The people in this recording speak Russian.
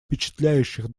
впечатляющих